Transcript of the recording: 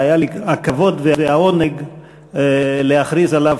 והיה לי הכבוד והעונג להכריז עליו